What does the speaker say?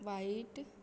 वायट